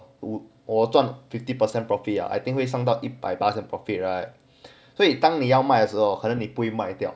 我赚 fifty percent profit ah I think 会上到一百八十 profit right 所以当你要买的时候可能你不会卖掉